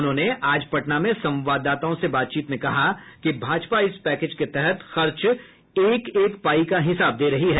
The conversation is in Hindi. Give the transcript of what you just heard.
उन्होंने आज पटना में संवाददाताओं से बातचीत में कहा कि भाजपा इस पैकेज के तहत खर्च एक एक पाई का हिसाब दे रही है